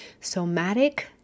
somatic